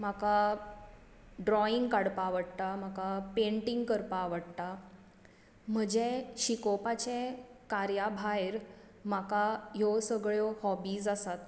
म्हाका ड्रोइंग काडपाक आवडटा म्हाका पेन्टिंग करपाक आवडटा म्हजें शिकोवपाचे कार्या भायर म्हाका ह्यो सगळ्यो हाॅबीज आसात